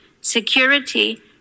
security